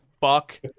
fuck